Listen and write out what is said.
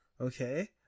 okay